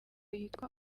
yitwa